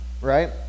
right